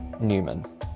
Newman